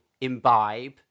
imbibe